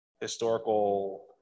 historical